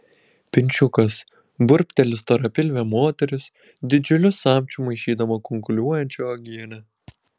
pinčiukas burbteli storapilvė moteris didžiuliu samčiu maišydama kunkuliuojančią uogienę